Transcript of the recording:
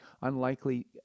unlikely